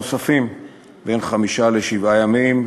בין חמישה לשבעה ימים,